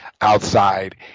outside